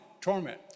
torment